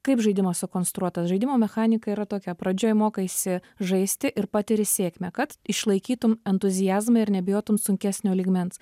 kaip žaidimas sukonstruotas žaidimo mechanika yra tokia pradžioje mokaisi žaisti ir patiri sėkmę kad išlaikytum entuziazmą ir nebijotum sunkesnio lygmens